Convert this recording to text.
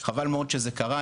חבל מאוד שזה קרה,